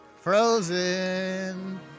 Frozen